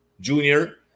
junior